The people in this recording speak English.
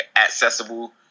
accessible